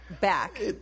back